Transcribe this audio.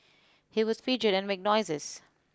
he would fidget and make noises